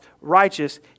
righteous